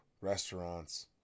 restaurants